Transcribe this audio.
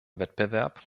wettbewerb